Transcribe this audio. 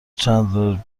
چندلر